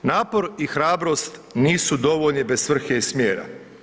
Napor i hrabrost nisu dovoljni bez svrhe i smjera.